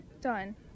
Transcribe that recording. done